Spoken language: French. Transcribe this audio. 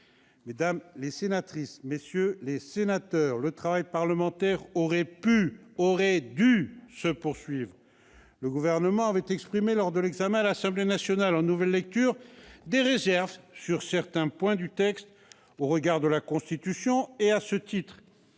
Mesdames, messieurs les sénateurs, le travail parlementaire aurait pu, aurait dû, se poursuivre. Le Gouvernement avait exprimé, lors de l'examen à l'Assemblée nationale en nouvelle lecture, des réserves sur certains points du texte au regard de la Constitution. Il avait, à ce titre,